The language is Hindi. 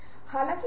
इसका क्या मतलब है